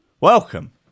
welcome